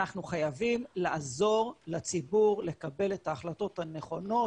אבל אנחנו חייבים לעזור לציבור לקבל את ההחלטות הנכונות,